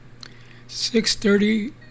6.30